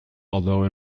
although